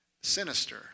sinister